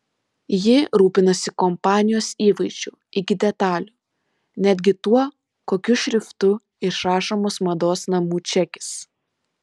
ji rūpinasi kompanijos įvaizdžiu iki detalių netgi tuo kokiu šriftu išrašomas mados namų čekis